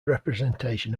representation